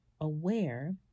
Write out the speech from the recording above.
aware